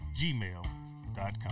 gmail.com